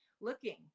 looking